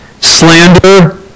slander